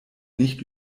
nicht